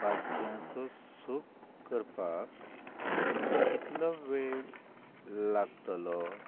भाज्यांचो soup करपाक कितलो वेळ लागतलो